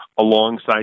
alongside